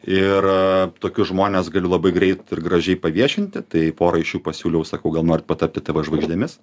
ir tokius žmones galiu labai greit ir gražiai paviešinti tai porai iš jų pasiūliau sakau gal norit patapti tavo žvaigždėmis